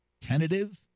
tentative